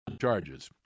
charges